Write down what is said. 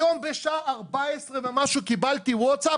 היום בשעה 14:00 ומשהו קיבלתי וואטסאפ